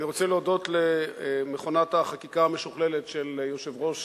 אני רוצה להודות למכונת החקיקה המשוכללת של יושב-ראש